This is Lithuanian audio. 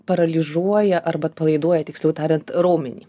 paralyžiuoja arba atpalaiduoja tiksliau tariant raumenį